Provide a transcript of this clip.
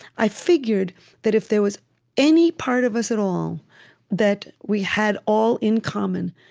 i figured that if there was any part of us at all that we had, all, in common,